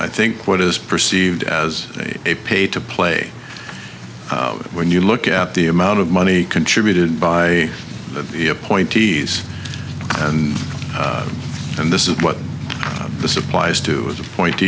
i think what is perceived as a pay to play when you look at the amount of money contributed by the appointees and and this is what the supplies to the point t